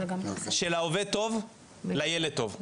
כשלעובד טוב לילד טוב,